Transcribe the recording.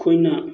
ꯑꯩꯈꯣꯏꯅ